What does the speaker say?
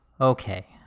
Okay